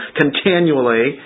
continually